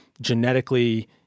genetically